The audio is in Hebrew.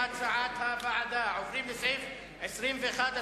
עוברים לסעיף 21,